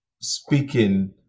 speaking